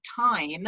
time